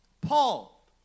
Paul